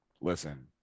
listen